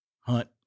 Hunt